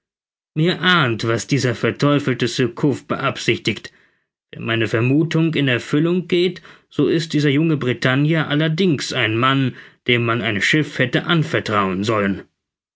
mir ahnt was dieser verteufelte surcouf beabsichtigt wenn meine vermuthung in erfüllung geht so ist dieser junge bretagner allerdings ein mann dem man ein schiff hätte anvertrauen sollen